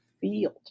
field